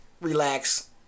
relax